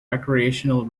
recreational